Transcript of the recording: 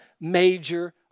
major